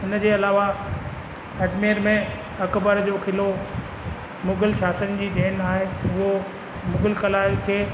उन जे अलावा अजमेर में अकबर जो क़िलो मुगल शासन जी देन आहे उहो मुगल कला खे